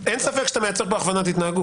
אין ספק שאתה מייצר פה הכוונת התנהגות.